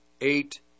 eight